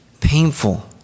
Painful